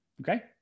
Okay